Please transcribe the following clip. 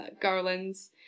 garlands